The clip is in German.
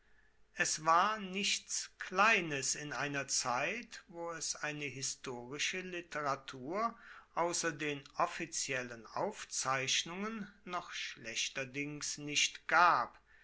es war nichts kleines in einer zeit wo es eine historische literatur ausser den offiziellen aufzeichnungen noch schlechterdings nicht gab